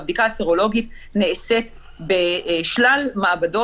והבדיקה הסרולוגית נעשית בשלל מעבדות